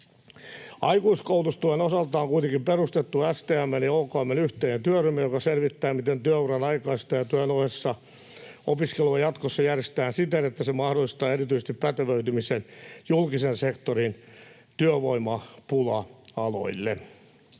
Aikuiskoulutustuen osalta on kuitenkin perustettu STM:n ja OKM:n yhteinen työryhmä, joka selvittää, miten työuran aikaista ja työn ohessa opiskelua jatkossa järjestetään siten, että se mahdollistaa erityisesti pätevöitymisen julkisen sektorin työvoimapula-aloille.